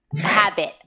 habit